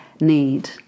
need